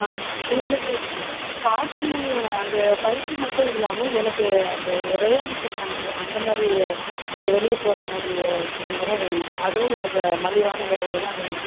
ஆ உங்களுக்கு காட்டனு அந்த பருத்தி மட்டும் இல்லாமல் எனக்கு அந்த ரேயான் சொல்லுறாங்க இல்லையா அந்த மாதிரி கொஞ்சம் வெளியே போடுற மாதிரி துணிகளும் வேணும் அதுவும் எனக்கு மலிவான விலையில தான் வேணும்